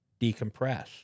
decompress